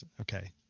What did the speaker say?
okay